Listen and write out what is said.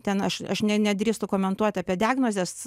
ten aš aš ne nedrįstu komentuot apie diagnozės